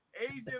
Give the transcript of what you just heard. Asian